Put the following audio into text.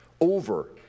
Over